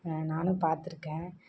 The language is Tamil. நானும் பார்த்துருக்கேன்